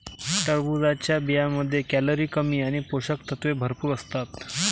टरबूजच्या बियांमध्ये कॅलरी कमी आणि पोषक तत्वे भरपूर असतात